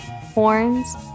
horns